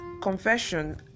confession